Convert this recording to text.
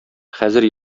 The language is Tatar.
хәзер